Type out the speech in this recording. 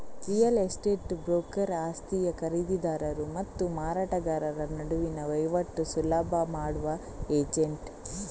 real estate broker ಆಸ್ತಿಯ ಖರೀದಿದಾರರು ಮತ್ತು ಮಾರಾಟಗಾರರ ನಡುವಿನ ವೈವಾಟು ಸುಲಭ ಮಾಡುವ ಏಜೆಂಟ್